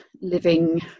living